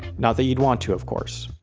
not that you'd want to of course.